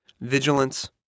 vigilance